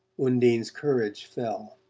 undine's courage fell.